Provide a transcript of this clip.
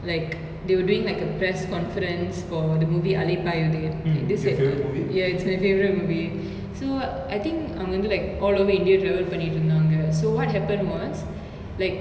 like they were doing like a press conference for the movie alaipayuthey this ya it's my favourite movie so I think அவங்க வந்து:avanga vanthu like all over india travel பன்னிட்டு இருந்தாங்க:pannitu irunthaanga so what happen was like